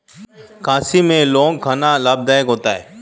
खांसी में लौंग खाना लाभदायक होता है